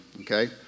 okay